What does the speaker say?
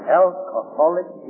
alcoholic